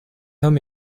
homme